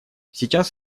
сейчас